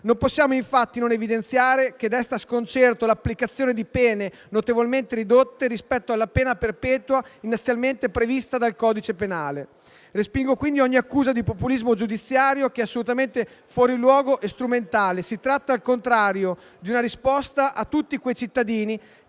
Non possiamo infatti non evidenziare che desta sconcerto l'applicazione di pene notevolmente ridotte rispetto alla pena perpetua inizialmente prevista dal codice penale. Respingo, quindi, ogni accusa di populismo giudiziario, che è assolutamente fuori luogo e strumentale. Si tratta, al contrario, di una risposta a tutti quei cittadini